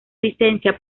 licencia